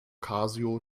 casio